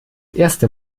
erste